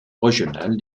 régional